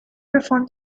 perform